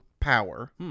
power